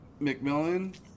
McMillan